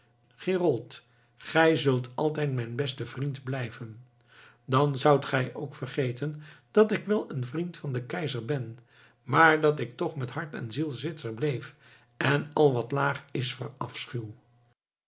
gerold gij zult altijd mijn beste vriend blijven dan zoudt gij ook vergeten dat ik wel een vriend van den keizer ben maar dat ik toch met hart en ziel zwitser bleef en al wat laag is